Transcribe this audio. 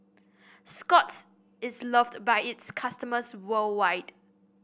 Scott's is loved by its customers worldwide